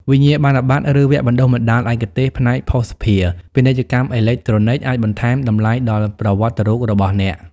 វិញ្ញាបនបត្រ ឬវគ្គបណ្តុះបណ្តាលឯកទេសផ្នែកភស្តុភារ ពាណិជ្ជកម្មអេឡិចត្រូនិក អាចបន្ថែមតម្លៃដល់ប្រវត្តិរូបរបស់អ្នក។